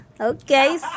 Okay